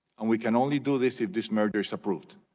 and we can only do this if this merger is approved.